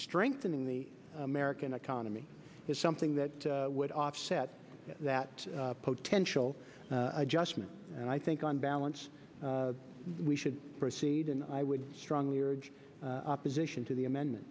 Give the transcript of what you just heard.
strengthening the american economy is something that would offset that potential adjustment and i think on balance we should proceed and i would strongly urge opposition to the amendment